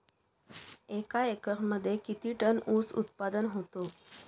एका एकरमध्ये किती टन ऊस उत्पादन होतो?